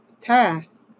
task